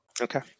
Okay